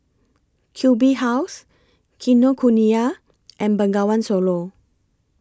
Q B House Kinokuniya and Bengawan Solo